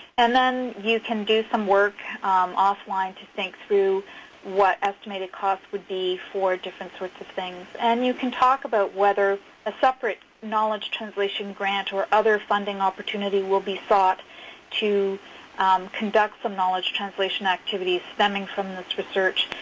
and then you can do some work offline to think through what estimated costs would be for different sorts of things, and you can talk about whether a separate knowledge translation grant or other funding opportunity will be sought to conduct some knowledge translation activities stemming from research.